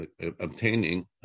obtaining